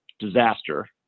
disaster